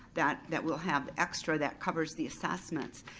that that we'll have extra that covers the assessments.